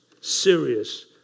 serious